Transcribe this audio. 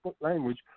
language